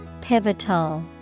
Pivotal